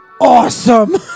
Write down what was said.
awesome